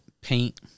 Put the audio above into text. paint